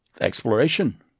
Exploration